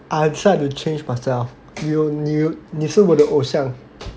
I decide to change myself 你是你是我的偶像